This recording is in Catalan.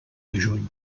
juny